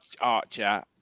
Archer